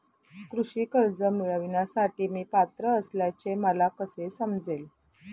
कृषी कर्ज मिळविण्यासाठी मी पात्र असल्याचे मला कसे समजेल?